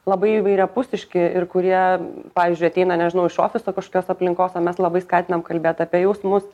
labai įvairiapusiški ir kurie pavyzdžiui ateina nežinau iš ofiso kažkios aplinkos o mes labai skatinam kalbėt apie jausmus